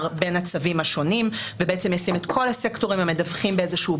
בין הצווים השונים ובעצם ישים את כל הסקטורים המדווחים באיזשהו